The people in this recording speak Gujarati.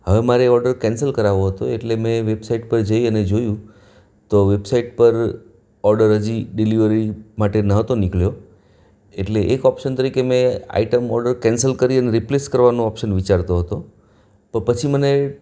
હવે મારે એ ઓડર કેન્સલ કરાવો હતો એટલે મેં વેબસાઇટ પર જઈ અને જોયું તો વેબસાઇટ પર ઓડર હજી ડિલેવરી માટે નહોતો નીકળ્યો એટલે એક ઓપ્શન તરીકે મેં આઈટમ ઓડર કેન્સલ કરી અને રિપ્લેસ કરવાનો ઓપ્શન વિચારતો હતો તો પછી મને